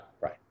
right